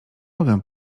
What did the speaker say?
moge